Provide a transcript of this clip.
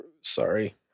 Sorry